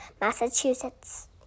Massachusetts